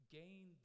gain